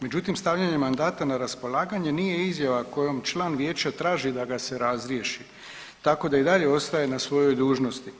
Međutim, stavljanjem mandata na raspolaganje nije izjava kojom član vijeća traži da ga se razriješi, tako da i dalje ostaje na svojoj dužnosti.